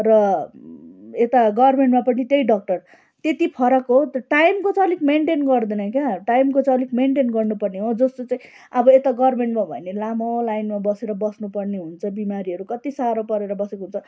र यता गर्मेन्टमा पनि त्यही डक्टर त्यति फरक हो त टाइमको चाहिँ अलिक मेन्टेन गर्दैन क्या टाइमको चाहिँ अलिक मेन्टेन गर्नुपर्ने हो जस्तो चाहिँ अब यता गर्मेन्टमा हो भने लामो लाइनमा बसेर बस्नु पर्ने हुन्छ बिमारीहरू कति साह्रो परेर बसेको हुन्छ अनि